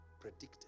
predicted